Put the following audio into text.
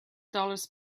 dollars